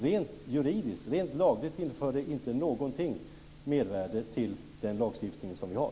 Rent juridiskt tillför det inte något mervärde till den lagstiftning som vi har.